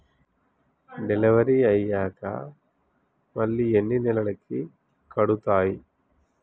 Delivery అయ్యాక మళ్ళీ ఎన్ని నెలలకి కడుతాయి?